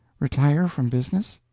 retire from business?